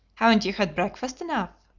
haven't you had breakfast enough?